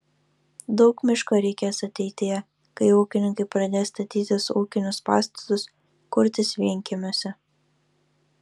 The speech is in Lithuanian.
daug miško reikės ateityje kai ūkininkai pradės statytis ūkinius pastatus kurtis vienkiemiuose